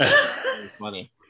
Funny